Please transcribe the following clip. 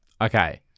Okay